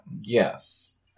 Yes